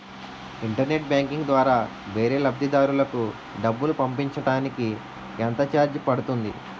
Internet banking ద్వారా వేరే లబ్ధిదారులకు డబ్బులు పంపించటానికి ఎంత ఛార్జ్ పడుతుంది?